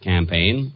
Campaign